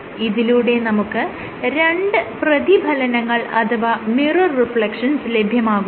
ഇതിലൂടെ നമുക്ക് രണ്ട് പ്രതിഫലനങ്ങൾ അഥവാ മിറർ റിഫ്ലെക്ഷൻസ് ലഭ്യമാകുന്നു